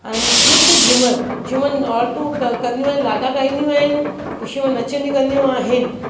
ऐं जीअं त झूमरु झूमनि औरतूं क कंदियू आहिनि लाॾा ॻाईंदियूं आहिनि ख़ुशियूं में नचंदी कंदियूं आहिनि